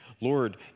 Lord